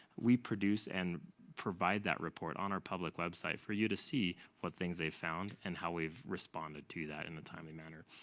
we produce and provide that report on our public website for you to see what things they've found, and how we've responded to that in a timely manner.